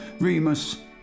Remus